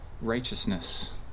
righteousness